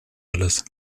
alles